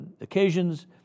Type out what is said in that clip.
occasions